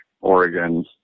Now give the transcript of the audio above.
Oregon